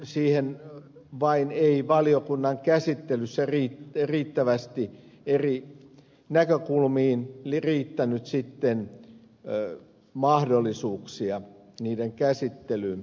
siinä vain ei valiokunnassa riittävästi eri näkökulmiin riittänyt mahdollisuuksia käsittelyyn